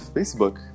Facebook